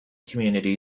community